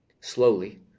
slowly